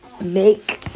make